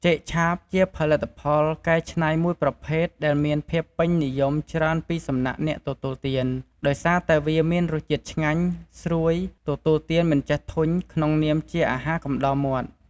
ចេកឆាបជាផលិតផលកែច្នៃមួយប្រភេទដែលមានភាពពេញនិយមច្រើនពីសំណាក់អ្នកទទួលទាន ដោយសារតែវាមានរសជាតិឆ្ងាញ់ ស្រួយ ទទួលទានមិនចេះធុញក្នុងនាមជាអាហារកំដរមាត់។